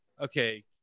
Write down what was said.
Okay